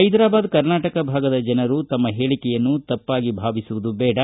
ಹೈದರಾಬಾದ್ ಕರ್ನಾಟಕ ಭಾಗದ ಜನರು ತಮ್ಮ ಹೇಳಿಕೆಯನ್ನು ತಪ್ಪಾಗಿ ಭಾವಿಸುವುದು ಬೇಡ